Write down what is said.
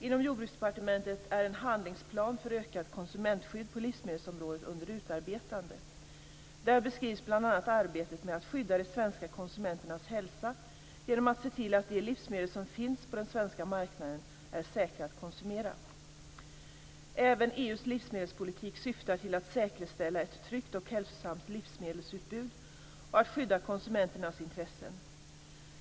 Inom Jordbruksdepartementet är en handlingsplan för ökat konsumentskydd på livsmedelsområdet under utarbetande. Där beskrivs bl.a. arbetet med att skydda de svenska konsumenternas hälsa genom att se till att de livsmedel som finns på den svenska marknaden är säkra att konsumera. Även EU:s livsmedelspolitik syftar till att säkerställa ett tryggt och hälsosamt livsmedelsutbud och att skydda konsumenternas intressen.